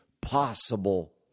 possible